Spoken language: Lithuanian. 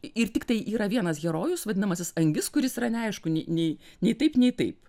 ir tiktai yra vienas herojus vadinamasis angis kuris yra neaišku nei nei nei taip nei taip